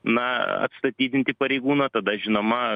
na atstatydinti pareigūną tada žinoma